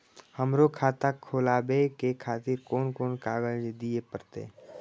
हमरो खाता खोलाबे के खातिर कोन कोन कागज दीये परतें?